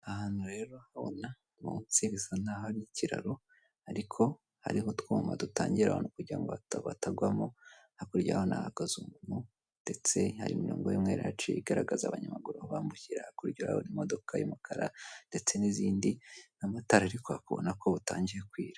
Ahantu rero urabona munsi hasa n'aho hari ikiraro ariko hariho utwuma dutangira abantu kugirango ngo batagwamo, hakurya yaho naho hahagaze umuntu, ndetse hari imirongo y'umweru ihaciye igaragaza abanyamaguru bambukira, hakurya yaho hari imodoka y'umukara ndetse n'izindi n'amatara ariko ukabona ko butangiye kwira.